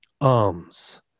Arms